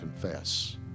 confess